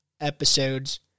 episodes